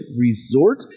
Resort